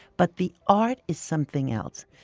but the art is something else.